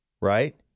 right